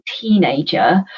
teenager